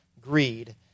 greed